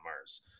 Mars